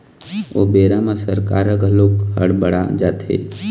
ओ बेरा म सरकार ह घलोक हड़ बड़ा जाथे